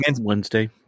Wednesday